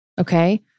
Okay